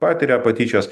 patiria patyčias